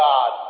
God